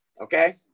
Okay